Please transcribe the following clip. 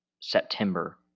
September